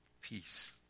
peace